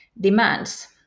demands